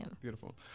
Beautiful